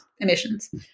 emissions